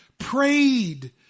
Prayed